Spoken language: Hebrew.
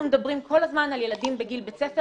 אנחנו מדברים כל הזמן על ילדים בגיל בית ספר